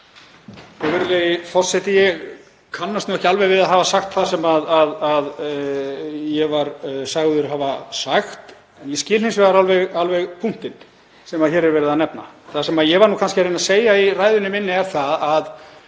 Virðulegi forseti. Ég kannast nú ekki alveg við að hafa sagt það sem ég var sagður hafa sagt en ég skil hins vegar alveg punktinn sem hér er verið að nefna. Það sem ég var kannski að reyna að segja í ræðunni minni er að